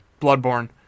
Bloodborne